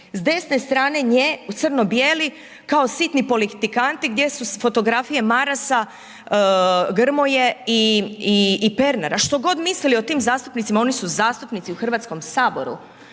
s desne strane nje u crno bijeli kao sitni politikanti gdje su s fotografije Marasa, Grmoje i, i, i Pernara, što god mislili o tim zastupnicima, oni su zastupnici u HS, a vi kao